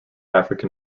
african